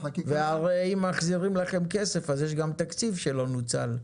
והחקיקה --- והרי אם מחזירים לכם כסף אז יש גם תקציב שלא נוצל.